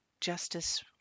Justice